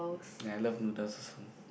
and I love noodles also